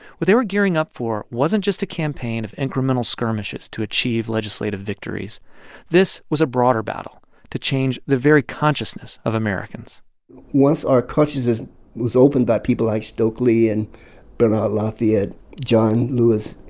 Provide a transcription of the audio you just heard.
what they were gearing up for wasn't just a campaign of incremental skirmishes to achieve legislative victories this was a broader battle to change the very consciousness of americans once our consciousness was opened by people like stokely and bernard lafayette, john lewis,